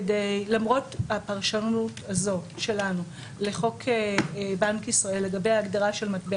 ולמרות הפרשנות הזאת שלנו לחוק בנק ישראל לגבי ההגדרה של "מטבע